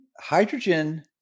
hydrogen